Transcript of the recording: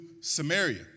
Samaria